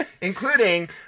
including